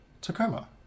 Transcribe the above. Tacoma